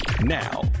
Now